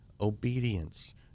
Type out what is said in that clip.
obedience